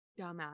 dumbass